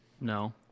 No